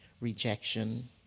rejection